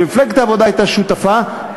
שמפלגת העבודה הייתה שותפה בה,